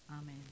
amen